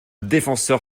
défenseur